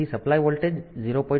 તેથી supply voltage 0